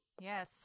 yes